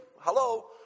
Hello